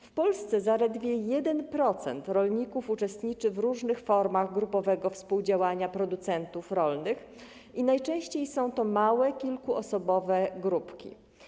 W Polsce zaledwie 1% rolników uczestniczy w różnych formach grupowego współdziałania producentów rolnych i najczęściej są to małe, kilkuosobowe grupki.